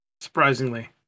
surprisingly